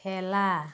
খেলা